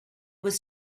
was